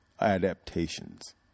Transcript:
adaptations